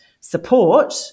support